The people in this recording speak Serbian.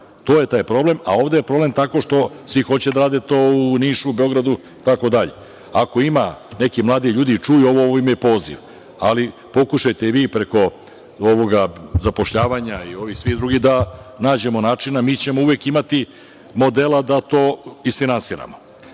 To je taj problem, a ovde je problem tako što svi hoće da rade to u Nišu, Beogradu i tako dalje. Ako ima nekih mladih ljudi i čuju ovo, ovo im je poziv, ali pokušajte i vi preko zapošljavanja i ovih svih drugih da nađemo načina, a mi ćemo uvek imati modela da to isfinansiramo.